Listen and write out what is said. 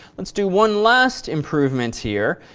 let's do one last improvement here.